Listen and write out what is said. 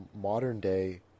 modern-day